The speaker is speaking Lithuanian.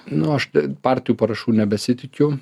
nu aš partijų parašų nebesitikiu